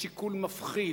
שיקול מפחיד.